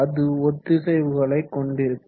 அது ஒத்திசைவுகளை கொண்டிருக்கும்